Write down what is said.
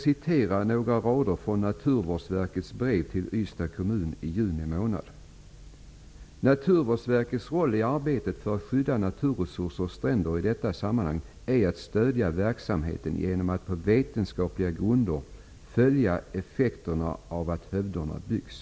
Naturvårdsverket sände ett brev till Ystads kommun i juni månad. I brevet sades att Naturvårdsverkets roll i arbetet för att skydda naturresurser och stränder i detta sammanhang är att stödja verksamheten genom att på vetenskapliga grunder följa effekterna av att hövderna byggs.